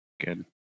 Good